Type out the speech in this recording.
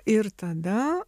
ir tada